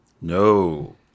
No